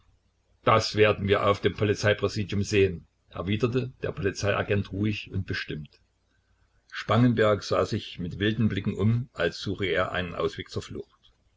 das werden wir auf dem polizeipräsidium sehen erwiderte der polizeiagent ruhig und bestimmt spangenberg sah sich mit wilden blicken um als suche er einen ausweg zur flucht